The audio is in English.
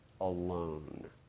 alone